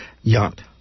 Yacht